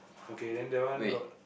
okay then that one got